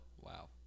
Wow